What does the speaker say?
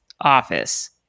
office